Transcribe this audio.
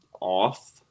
off